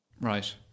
Right